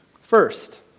First